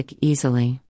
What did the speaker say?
easily